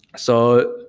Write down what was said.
so,